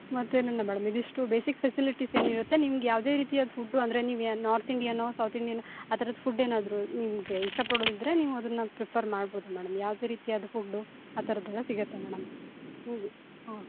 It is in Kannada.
ಮತ್ತೇನು ಇಲ್ಲ ಮೇಡಮ್ ಇದಿಷ್ಟು ಬೇಸಿಕ್ ಫೆಸಿಲಿಟೀಸ್ ಏನಿರುತ್ತೆ ನಿಮ್ಗೆ ಯಾವುದೇ ರೀತಿಯಾದ ಫುಡ್ಡು ಅಂದರೆ ನೀವು ಯಾ ನಾರ್ತ್ ಇಂಡಿಯನ್ನೋ ಸೌತ್ ಇಂಡಿಯನ್ ಆ ಥರದ ಫುಡ್ ಏನಾದರೂ ನಿಮಗೆ ಇಷ್ಟಪಡೋದು ಇದ್ದರೆ ನೀವು ಅದನ್ನು ಪ್ರಿಫರ್ ಮಾಡ್ಬೋದು ಮೇಡಮ್ ಯಾವುದೇ ರೀತಿಯಾದ ಫುಡ್ಡು ಆ ಥರದ್ದು ಎಲ್ಲ ಸಿಗುತ್ತೆ ಮೇಡಮ್ ಹಾಂ